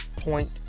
point